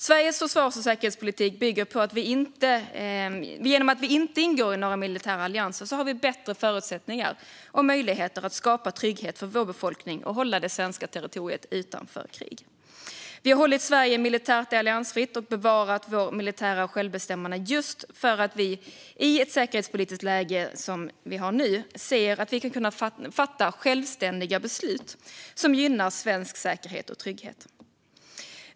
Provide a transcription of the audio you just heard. Sveriges försvars och säkerhetspolitik bygger på att vi genom att inte ingå i militära allianser har bättre förutsättningar och möjligheter att skapa trygghet för befolkningen och hålla svenskt territorium utanför krig. Vi har hållit Sverige militärt alliansfritt och bevarat vårt militära självbestämmande just för att vi i ett sådant säkerhetspolitiskt läge vi nu ser ska kunna fatta självständiga beslut som gynnar svensk säkerhet och trygghet.